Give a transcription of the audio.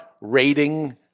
rating